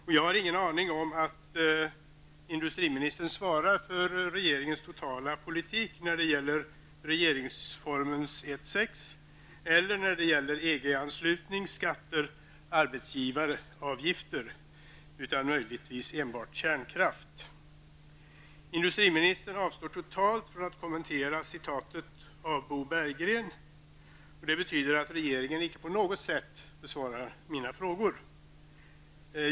Och jag hade ingen aning om att industriministern svarade för regeringens totala politik när det gäller regeringsformen 1:6 eller när det gäller EG Industriministern avstår totalt från att kommentera citatet av Bo Berggren. Det betyder att regeringen inte på något sätt besvarar mina frågor.